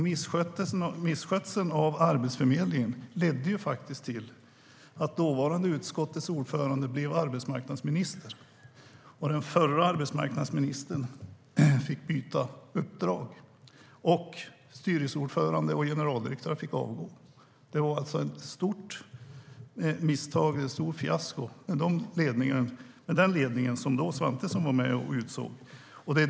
Misskötseln av Arbetsförmedlingen ledde till att dåvarande utskottets ordförande blev arbetsmarknadsminister, och den förra arbetsmarknadsministern fick byta uppdrag. Styrelseordföranden och generaldirektören fick avgå. Det var ett stort fiasko med den ledning Svantesson var med och utsåg.